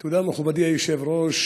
תודה, מכובדי היושב-ראש.